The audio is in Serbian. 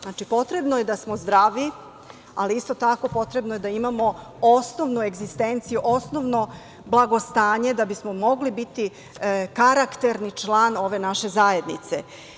Znači, potrebno je da smo zdravi, ali isto tako, potrebno je da imamo osnovnu egzistenciju, osnovno blagostanje da bismo mogli biti karakterni član naše zajednice.